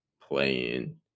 playing